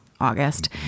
August